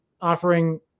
offering